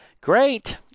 Great